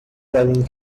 driving